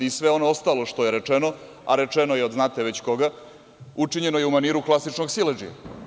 Sve ono ostalo što je rečeno, a rečeno je od znate već koga, učinjeno je u maniru klasičnog siledžije.